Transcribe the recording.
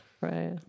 Right